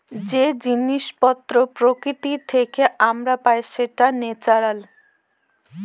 যে জিনিস পত্র প্রকৃতি থেকে আমরা পাই সেটা ন্যাচারাল